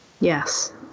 Yes